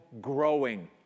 growing